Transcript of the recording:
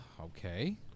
okay